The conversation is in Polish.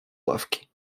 ławki